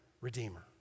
Redeemer